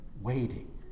waiting